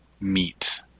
meet